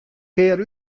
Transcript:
kear